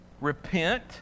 repent